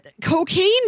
Cocaine